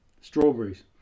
Strawberries